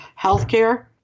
healthcare